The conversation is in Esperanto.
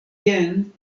jen